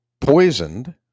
poisoned